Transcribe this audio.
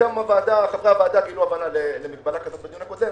חברי הוועדה גילו הבנה לזה בדיון הקודם.